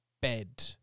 bed